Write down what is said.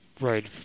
Right